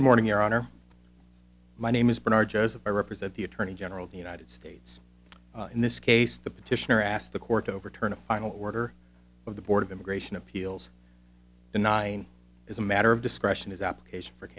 good morning your honor my name is bernard jessop i represent the attorney general of the united states in this case the petitioner asked the court to overturn a final order of the board of immigration appeals denying as a matter of discretion is application for